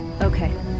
Okay